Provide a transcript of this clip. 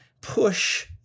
push